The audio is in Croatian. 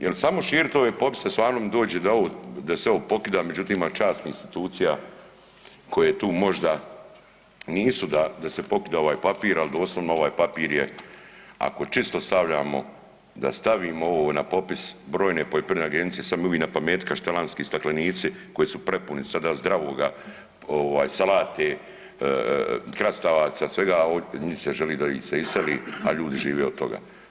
Jer samo širiti ove popise, stvarno mi dođe da sve ovo pokidam, međutim ima časnih institucija koje tu možda nisu da se pokida ovaj papir, ali doslovno ovaj papir je ako čisto stavljamo da stavimo ovo na popis brojne poljoprivredne agencije, samo … pameti Kaštelanski staklenici koji su prepuni sada zdravoga salate, krastavaca svega, a njih se želi da ih se iseli, a ljudi žive od toga.